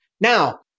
Now